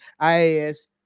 IAS